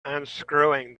unscrewing